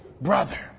Brother